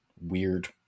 weird